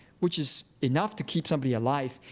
which is enough to keep somebody alive,